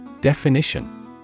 Definition